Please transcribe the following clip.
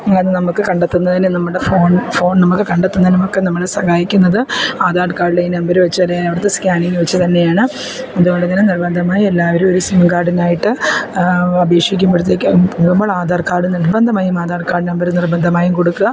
അതു നമുക്ക് കണ്ടെത്തുന്നതിന് നമ്മുടെ ഫോൺ ഫോൺ നമുക്ക് കണ്ടെത്തുന്നതിനുമൊക്കെ നമുക്ക് നമ്മളെ സഹായിക്കുന്നത് ആധാർ കാർഡിലെ ഈ നമ്പർ വെച്ച് അല്ലേ അവിടുത്തെ സ്കാനിങ്ങ് വെച്ചു തന്നെയാണ് അതു കൊണ്ടു തന്നെ നിർബന്ധമായുമെല്ലാവരുമൊരു സിം കാഡിനായിട്ട് അപേക്ഷിക്കുമ്പോഴത്തേക്ക് നമ്മളാധാർ കാഡ് നിർബന്ധമായും ആധാർ കാഡ് നമ്പർ നിർബന്ധമായും കൊടുക്കുക